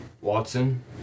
Watson